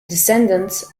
descendants